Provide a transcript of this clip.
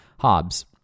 Hobbes